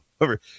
over